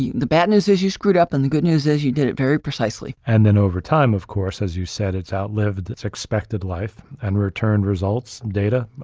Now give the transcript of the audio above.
the bad news is you screwed up. and the good news is you did it very precisely. and then over time, of course, as you said it's outlived its expected life and returned results, data,